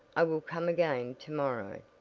i will come again to-morrow.